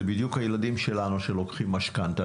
זה בדיוק הילדים שלנו שלוקחים משכנתה,